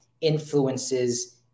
influences